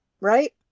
right